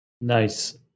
Nice